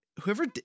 whoever